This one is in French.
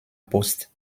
poste